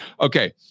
Okay